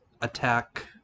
attack